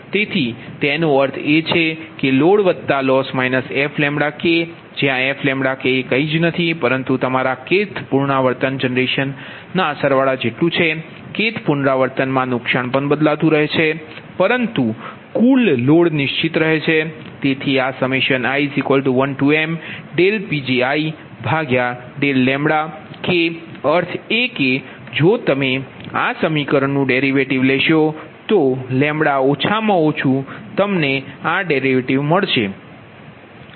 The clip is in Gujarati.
તેથી તેનો અર્થ એ છે કે લોડ લોસ fλK fλKએ કંઈ નથી પરંતુ તમામ kth પુનરાવર્તન જનરેશનના સરવાળા જેટલુ છે kth પુનરાવર્તનમાં નુકસાન પણ બદલાતું રહે છે પરંતુ કુલ લોડ નિશ્ચિત છે તેથી આ i1mPgi∂λઅર્થ એ કે જો તમે આ સમીકરણનું ડેરિવેટિવ લેશો તો ઓછામાં ઓછું તમે આ ડેરિવેટિવ્ડ મેળવો છો